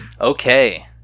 Okay